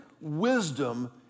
wisdom